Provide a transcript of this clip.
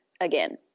again